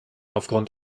aufgrund